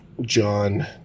John